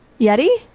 Yeti